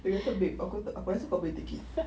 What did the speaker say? dia kata babe aku aku rasa kau boleh take it